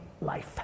life